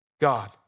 God